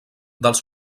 dels